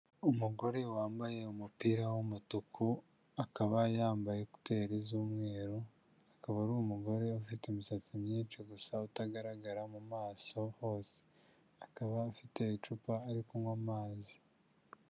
Umugore wambaye umupira w'umutuku akaba yambaye kuteri z'umweru, akaba ari umugore ufite imisatsi myinshi gusa utagaragara mu maso hose, akaba afite icupa ari kunywa amazi.